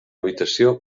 habitació